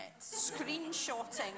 screenshotting